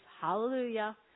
Hallelujah